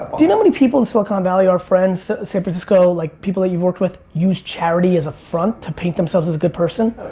do you know how many people in silicon valley are friends? san francisco, like, people that you've worked with use charity as a front to paint themselves as a good person?